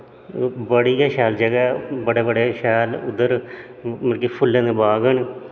बड़ी गै शैल जगह ऐ बड़े बड़े शैल उद्धर मतलब कि फुल्लें दे बाग न